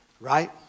Right